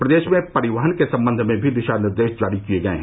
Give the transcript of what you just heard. प्रदेश में परिवहन के सम्बंध में भी दिशा निर्देश जारी किए गए हैं